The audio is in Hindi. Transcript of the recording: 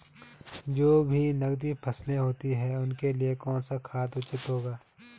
जो भी नकदी फसलें होती हैं उनके लिए कौन सा खाद उचित होगा?